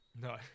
No